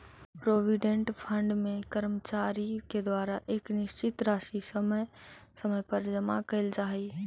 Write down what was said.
provident fund में कर्मचारि के द्वारा एक निश्चित राशि समय समय पर जमा कैल जा हई